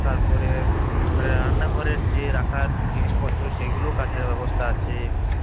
তারপরে রান্নাঘরের যে রাখার জিনিসপত্র সেইগুলোও কাঠের ব্যবস্থা আছে